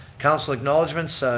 council acknowledgements,